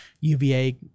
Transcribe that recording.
UVA